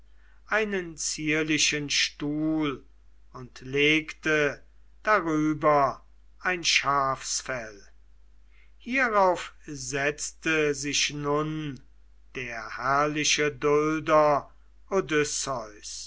einen zierlichen stuhl und legte drüber ein schafsfell hierauf setzte sich nun der herrliche dulder